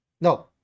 no